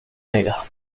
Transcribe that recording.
niega